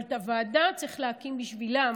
אבל את הוועדה צריך להקים בשבילם,